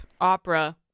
opera